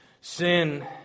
sin